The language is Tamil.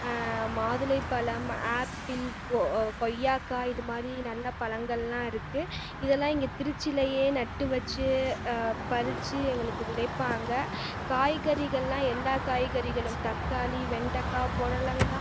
மாதுளை பழம் ஆப்பிள் கொய்யாக்காய் இது மாதிரி நல்ல பழங்கள்லாம் இருக்குது இதெல்லாம் இங்கே திருச்சியிலேயே நட்டு வச்சு பறிச்சு எங்களுக்கு விளைவிப்பாங்க காய்கறிகள்லாம் எல்லாம் காய்கறிகளும் தக்காளி வெண்டைக்காய் புடலங்காய்